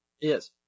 yes